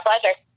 pleasure